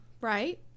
right